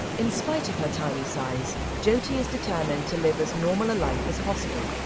in spite of her tiny size. jyoti is determined to live as normal a life as possible.